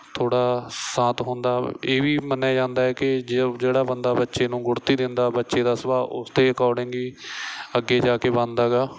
ਥੋੜ੍ਹਾ ਸ਼ਾਂਤ ਹੁੰਦਾ ਇਹ ਵੀ ਮੰਨਿਆ ਜਾਂਦਾ ਹੈ ਕਿ ਜਿਹੜਾ ਬੰਦਾ ਬੱਚੇ ਨੂੰ ਗੁੜ੍ਹਤੀ ਦਿੰਦਾ ਬੱਚੇ ਦਾ ਸੁਭਾਅ ਉਸ ਦੇ ਅਕੋਰਡਿੰਗ ਹੀ ਅੱਗੇ ਜਾ ਕੇ ਬਣਦਾ ਹੈਗਾ